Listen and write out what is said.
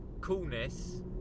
coolness